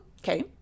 Okay